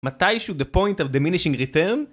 מתי שהוא ה-point of diminishing return?